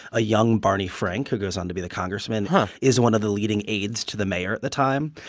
a young barney frank, who goes on to be the congressman, and is one of the leading aides to the mayor at the time